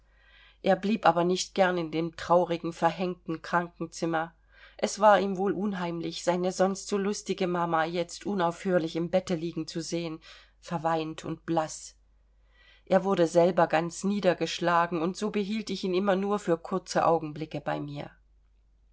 er blieb aber nicht gern in dem traurigen verhängten krankenzimmer es war ihm wohl unheimlich seine sonst so lustige mama jetzt unaufhörlich im bette liegen zu sehen verweint und blaß er wurde selber ganz niedergeschlagen und so behielt ich ihn immer nur für kurze augenblicke bei mir